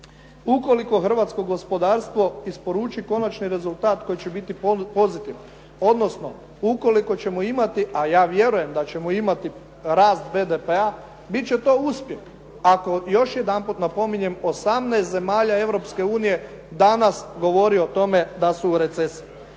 ukoliko hrvatsko gospodarstvo isporuči konačni rezultat koji će biti pozitivan, odnosno ukoliko ćemo imati, a ja vjerujem da ćemo imati rast BDP-a, biti će to uspjeh. Ako, još jedanput napominjem, 18 zemalja Europske unije danas govori o tome da su u recesiji.